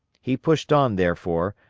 he pushed on, therefore,